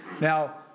Now